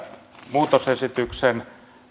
muutosesityksen